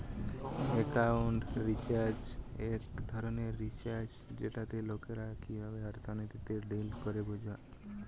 accounting research এক ধরণের research যেটাতে লোকরা কিভাবে অর্থনীতিতে ডিল করে বোঝা